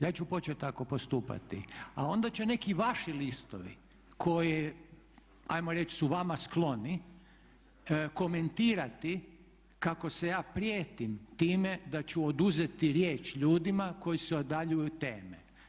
ja ću počet tako postupati, a onda će neki vaši listovi koji hajmo reći su vama skloni komentirati kako se ja prijetim time da ću oduzeti riječ ljudima koji se udaljuju od teme.